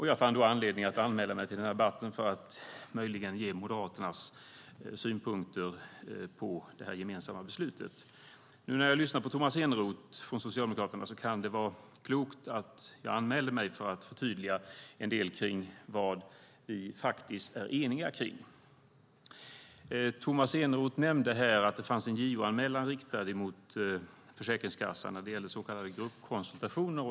Jag fann då anledning att anmäla mig till den här debatten för att möjligen ge Moderaternas synpunkter på det gemensamma beslutet. När jag nu har lyssnat på Tomas Eneroth från Socialdemokraterna kan jag tycka att det var klokt att jag anmälde mig för att förtydliga en del av vad vi faktiskt är eniga om. Tomas Eneroth nämnde att det fanns en JO-anmälan riktad mot Försäkringskassan när det gäller så kallade gruppkonsultationer.